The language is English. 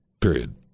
period